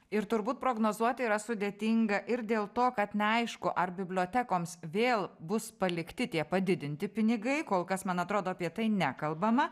ir turbūt prognozuoti yra sudėtinga ir dėl to kad neaišku ar bibliotekoms vėl bus palikti tie padidinti pinigai kol kas man atrodo apie tai nekalbama